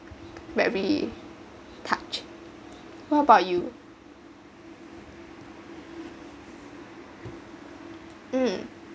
very touched what about you um